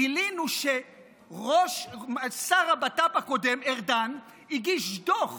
גילינו שראש הבט"פ הקודם, ארדן, הגיש דוח